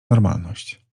normalność